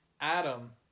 Adam